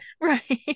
Right